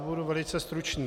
Budu velice stručný.